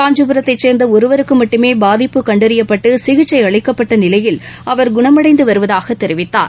காஞ்சிபுரத்தை சேர்ந்த ஒருவருக்கு மட்டுமே பாதிப்பு கண்டறியப்பட்டு சிகிச்சை அளிக்கப்பட்ட நிலையில் அவர் குணமடைந்து வருவதாக அமைச்சர் தெரிவித்தார்